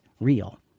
real